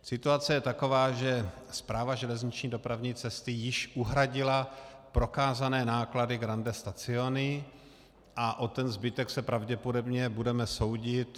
Situace je taková, že Správa železniční dopravní cesty již uhradila prokázané náklady Grandi Stazioni a o ten zbytek se pravděpodobně budeme soudit.